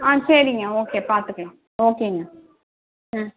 ஆ சரிங்க ஓகே பார்த்துக்கலாம் ஓகேங்க ம்